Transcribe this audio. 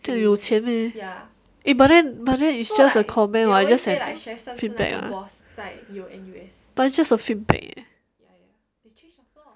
这样有钱 meh eh but then but then it's just a comment what it's just a feedback ah but it's just a feedback eh